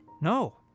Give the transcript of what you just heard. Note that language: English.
No